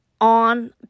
on